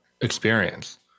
experience